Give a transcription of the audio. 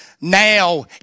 now